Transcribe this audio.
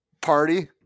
party